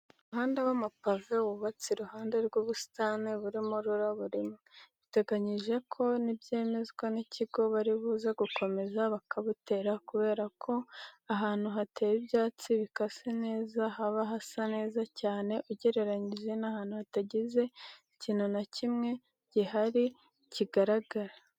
Umuhanda w'amapave w'ubatse iruhande rw'ubusitane burimo ururabo rumwe. Biteganyije ko nibyemezwa n'ikigo bari buze gukomeza bakabutera kubera ko ahantu hateye ibyatsi bikase neza haba hasa neza cyane ugereranyije n'ahantu hatagize ikintu na kimwe guhari kigaragara.